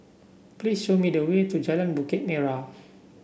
please show me the way to Jalan Bukit Merah